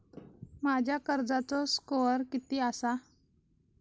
माझ्या कर्जाचो स्कोअर किती आसा?